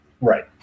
Right